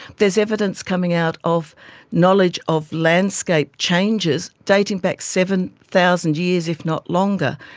there is evidence coming out of knowledge of landscape changes dating back seven thousand years, if not longer.